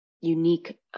unique